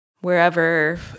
wherever